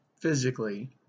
physically